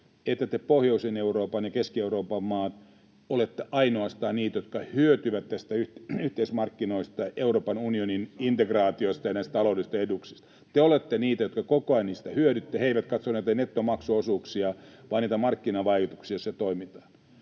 että te pohjoisen Euroopan ja Keski-Euroopan maat olette ainoastaan niitä, jotka hyötyvät näistä yhteismarkkinoista, Euroopan unionin integraatiosta ja näistä taloudellisista etuuksista. [Toimi Kankaanniemi: Saksa hyötyy, mutta ei me!] Te olette niitä, jotka koko ajan niistä hyödytte. He eivät katso näitä nettomaksuosuuksia, vaan näitä markkinavaikutuksia, joissa